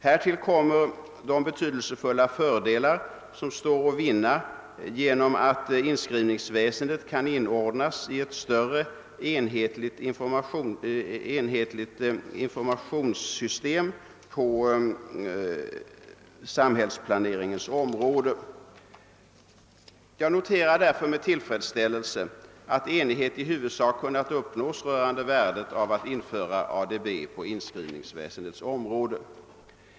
Härtill kommer de betydelsefulla fördelar som står att vinna genom att inskrivningsväsendet kan inordnas i ett större enhetligt informationssystem på samhällsplaneringens område. Jag noterar därför med tillfredsställelse att enighet i huvudsak kunnat uppnås rörande värdet av att införa ADB på inskrivningsväsendets område.